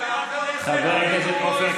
החברות המובילות במשק.